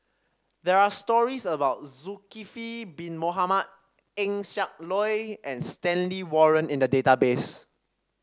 there are stories about Zulkifli Bin Mohamed Eng Siak Loy and Stanley Warren in the database